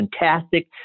fantastic